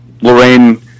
Lorraine